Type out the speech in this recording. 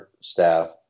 staff